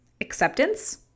acceptance